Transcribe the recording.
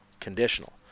conditional